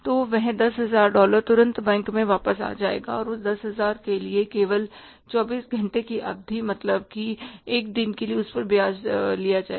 तो वह 10000 डॉलर तुरंत बैंक में वापस आ जाएगा और उस 10000 के लिए केवल 24 घंटे की अवधि मतलब कि एक दिन के लिए उस पर ब्याज लिया जाएगा